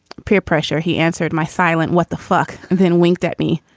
peer pressure, he answered my silent. what the fuck? and then winked at me.